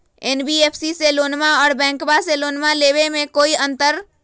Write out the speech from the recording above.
NBFC से लोनमा आर बैंकबा से लोनमा ले बे में कोइ अंतर?